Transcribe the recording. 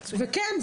וכן,